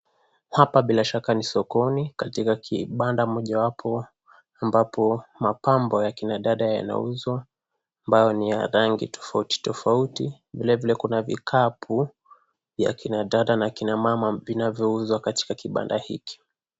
Hapa bila shaka ni sokoni, katika kibanda mojawapo ambapo mapambo ya kina dada yanauzwa ambao ni ya rangi tofauti tofauti. Vilevile kuna vikapu ya kina dada na kina mama vinavouzwa katika kibanda hiki.